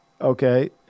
Okay